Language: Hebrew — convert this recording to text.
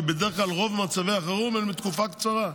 כי בדרך כלל רוב מצבי החירום הם לתקופה קצרה,